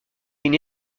une